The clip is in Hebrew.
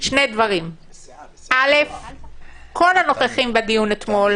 כל הנוכחים בדיון אתמול